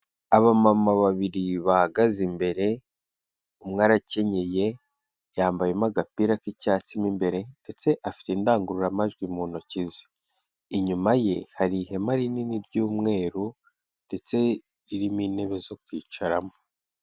Abamama babiri bahagaze imbere, umwe arakenyeye, yambayemo agapira k'icyatsimu imbere, ndetse afite indangururamajwi mu ntoki ze inyuma ye, hari ihema rinini ry'umweru, ndetse ririmo intebe zo kwicaramo.